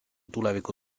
tuleviku